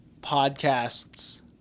podcasts